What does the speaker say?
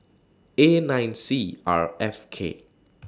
A nine C R F K